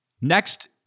Next